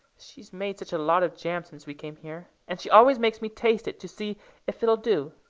she's made such a lot of jam since we came here! and she always makes me taste it to see if it'll do.